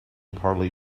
partly